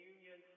Union